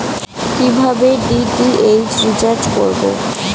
কিভাবে DTH recharge করব?